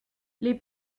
les